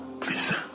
Please